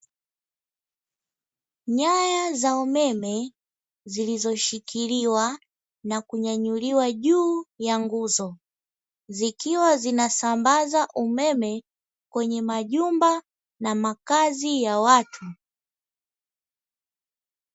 Nyaya za umeme zilizoshikiliwa na kunyanyuliwa juu ya nguzo, zikiwa zinasambaza umeme kwenye majumba na makazi ya watu.